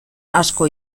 asko